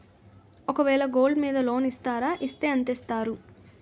ఒక వేల గోల్డ్ మీద లోన్ ఇస్తారా? ఇస్తే ఎంత ఇస్తారు?